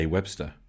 Webster